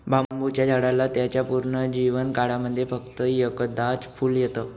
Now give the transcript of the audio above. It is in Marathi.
बांबुच्या झाडाला त्याच्या पूर्ण जीवन काळामध्ये फक्त एकदाच फुल येत